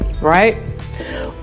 right